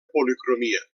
policromia